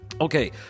Okay